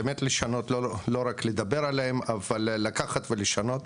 באמת לשנות, לא רק לדבר עליהם, אבל לקחת ולשנות.